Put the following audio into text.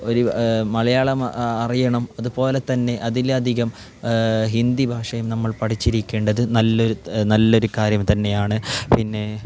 ഒരു മലയാളം അറിയണം അതുപോലെ തന്നെ അതിലധികം ഹിന്ദി ഭാഷയും നമ്മൾ പഠിച്ചിരിക്കേണ്ടത് നല്ല നല്ലൊരു കാര്യം തന്നെയാണ് പിന്നെ